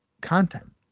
content